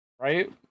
right